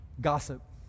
gossip